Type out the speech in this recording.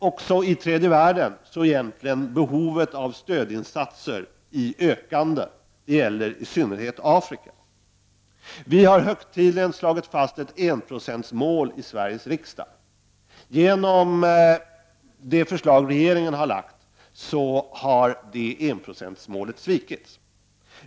Också i tredje världen är behovet av stödinsatser i ökande. Det gäller i synnerhet Afrika. I Sveriges riksdag har vi ju högtidligen slagit fast enprocentsmålet. Men genom det förslag som regeringen nu har lagt fram har det målet svikits.